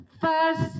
first